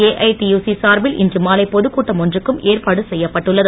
AITUC சார்பில் இன்று மாலை பொதுக்கூட்டம் ஒன்றுக்கும் ஏற்பாடு செய்யப்பட்டுள்ளது